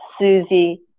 Susie